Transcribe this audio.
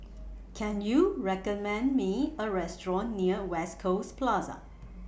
Can YOU recommend Me A Restaurant near West Coast Plaza